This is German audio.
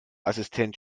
assistent